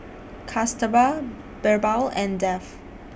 Kasturba Birbal and Dev